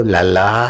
Lala